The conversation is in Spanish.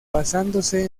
basándose